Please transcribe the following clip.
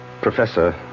Professor